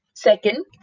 Second